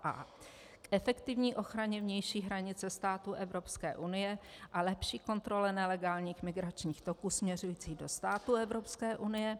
a) k efektivní ochraně vnější hranice států Evropské unie a lepší kontrole nelegálních migračních toků směřujících do států Evropské unie,